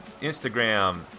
Instagram